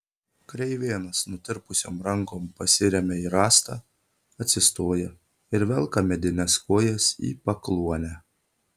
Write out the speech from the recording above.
kreivėnas nutirpusiom rankom pasiremia į rąstą atsistoja ir velka medines kojas į pakluonę